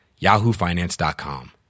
yahoofinance.com